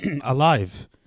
alive